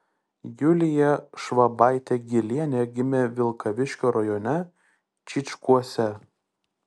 julija švabaitė gylienė gimė vilkaviškio rajone čyčkuose